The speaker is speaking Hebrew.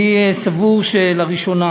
אני סבור שלראשונה